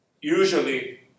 usually